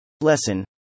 Lesson